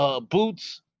Boots